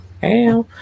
Hey